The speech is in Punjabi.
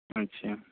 ਅੱਛਾ